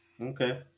Okay